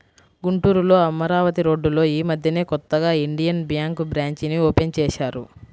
గుంటూరులో అమరావతి రోడ్డులో యీ మద్దెనే కొత్తగా ఇండియన్ బ్యేంకు బ్రాంచీని ఓపెన్ చేశారు